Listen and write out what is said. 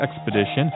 expedition